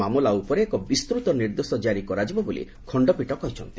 ମାମଲା ଉପରେ ଏକ ବିସ୍ତୃତ ନିର୍ଦ୍ଦେଶ ଜାରି କରାଯିବ ବୋଲି ଖଣ୍ଡପୀଠ କହିଛନ୍ତି